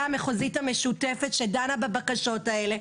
המחוזית המשותפת שדנה בבקשות האלה,